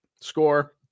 score